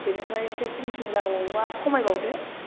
बेनिफ्राय एसे खमसिन जाबावोब्ला खमायबावदो